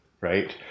right